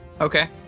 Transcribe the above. Okay